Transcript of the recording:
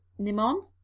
nimon